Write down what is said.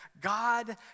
God